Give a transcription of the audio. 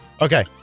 Okay